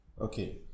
okay